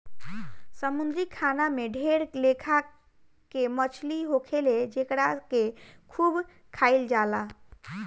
समुंद्री खाना में ढेर लेखा के मछली होखेले जेकरा के खूब खाइल जाला